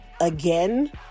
again